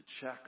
check